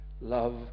love